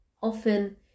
Often